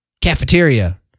cafeteria